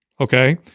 Okay